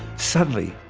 suddenly,